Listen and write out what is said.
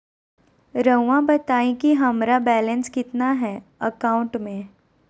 रहुआ बताएं कि हमारा बैलेंस कितना है अकाउंट में?